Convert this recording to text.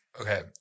Okay